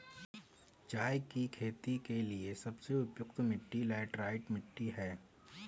चाय की खेती के लिए सबसे उपयुक्त मिट्टी लैटराइट मिट्टी है